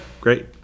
Great